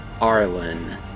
Arlen